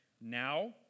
now